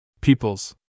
Peoples